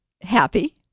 happy